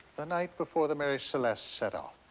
the night before the mary celeste set off?